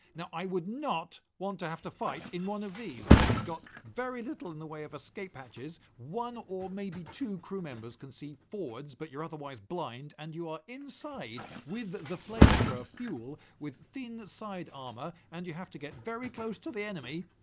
now i would not want to have to fight in one of these. we've got very little in the way of escape hatches. one or maybe two crew members can see forwards, but you're otherwise blind. and you are inside with the flamethrower fuel with thin side armour and you have to get very close to the enemy.